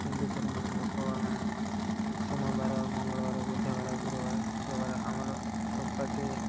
ହିନ୍ଦୁ ଧର୍ମର ଲୋକ ଆମେ ସମୋବାର ମଙ୍ଗଳବାର ବୁଧବାର ଗୁରୁବାର ଶୁକ୍ରବାର ଆମର ସପ୍ତାହଟି